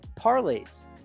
parlays